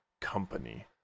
company